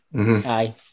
Aye